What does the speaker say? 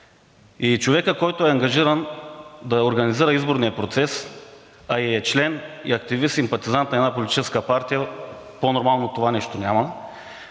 и човекът, който е ангажиран да организира изборния процес, а е и член, активист и симпатизант на една политическа партия – по-нормално от това нещо няма,